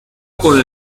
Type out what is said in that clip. con